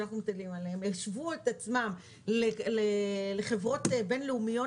השוו את עצמם לחברות בין-לאומיות